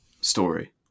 story